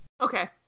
Okay